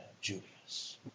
Julius